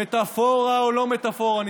מטפורה או לא מטפורה,